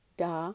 da